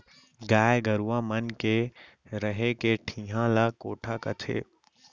गाय गरूवा मन के रहें के ठिहा ल कोठा कथें